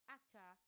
Actor